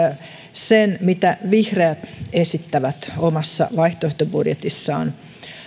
sen mitä vihreät esittävät omassa vaihtoehtobudjetissaan